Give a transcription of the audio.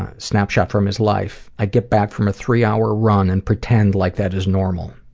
snapshot from his life i get back from a three hour run and pretend like that is normal.